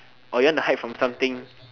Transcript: or you want to hide from something